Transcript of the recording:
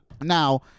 Now